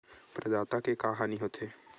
प्रदाता के का हानि हो थे?